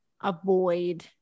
avoid